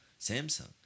Samsung